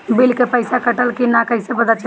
Bill के पइसा कटल कि न कइसे पता चलि?